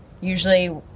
usually